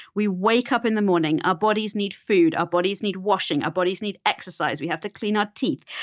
we wake up in the morning. our bodies need food. our bodies need washing. our bodies need exercise. we have to clean our teeth.